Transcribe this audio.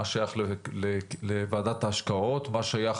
מה שייך